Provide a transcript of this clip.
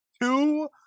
two